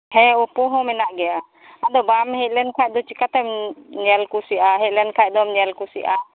ᱦᱮᱸ ᱳᱯᱳ ᱦᱚᱸ ᱢᱮᱱᱟᱜ ᱜᱮᱭᱟ ᱟᱫᱚ ᱵᱟᱢ ᱦᱮᱡ ᱞᱮᱱᱠᱷᱟᱡ ᱫᱚ ᱪᱮᱠᱟᱛᱮᱢ ᱧᱮᱞ ᱠᱩᱥᱤᱜᱼᱟ ᱦᱮᱡᱞᱮᱱ ᱠᱷᱟᱡ ᱫᱚᱢ ᱧᱮᱞ ᱠᱩᱥᱤᱜᱼᱟ